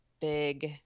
big